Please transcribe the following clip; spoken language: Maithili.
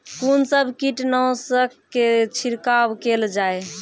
कून सब कीटनासक के छिड़काव केल जाय?